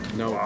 no